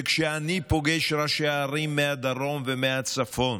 אני פוגש ראשי ערים מהדרום ומהצפון,